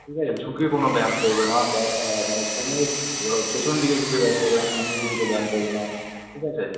ঠিক আছে ঝুঁকে কোনও ব্যায়াম করবে না বা মানে কোমরের পিছন দিকে ঝুঁকে ব্যায়াম করবে না সামনের দিকে ঝুঁকে ব্যায়াম করবে না ঠিক আছে